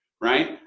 Right